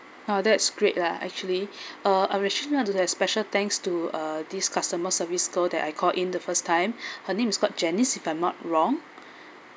oh that's great lah actually uh I actually want to have special thanks to uh this customer service girl that I called in the first time her name is called janice if I'm not wrong